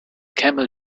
camel